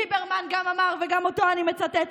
גם ליברמן אמר, וגם אותו אני מצטטת: